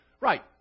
Right